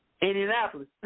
Indianapolis